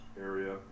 area